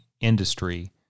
industry